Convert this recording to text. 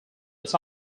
its